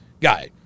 guy